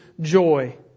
joy